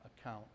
account